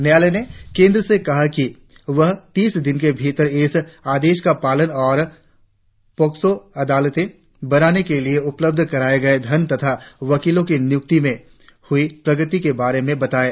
न्यायालय ने केंद्र से कहा है कि वह तीस दिन के भीतर इस आदेश क पालन और पॉक्सों अदालते बनाने के लिए उपलब्ध कराये गए धन तथा वकीलों की नियुक्ति में हुई प्रगति के बारे में बताये